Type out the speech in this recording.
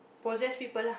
possess people lah